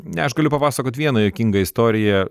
ne aš galiu papasakoti vieną juokingą istoriją